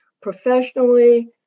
professionally